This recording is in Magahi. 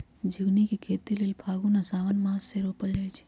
झिगुनी के खेती लेल फागुन आ साओंन मासमे रोपल जाइ छै